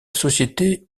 société